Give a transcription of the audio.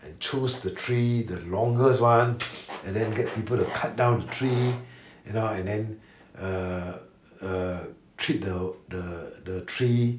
and choose the tree the longest one and then get people to cut down the tree you know and then err err treat the the the tree